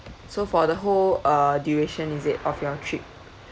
so for the whole uh duration is it of your trip